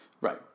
Right